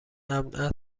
امن